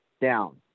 down